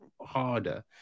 harder